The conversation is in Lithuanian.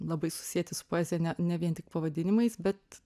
labai susieti su poezija ne ne vien tik pavadinimais bet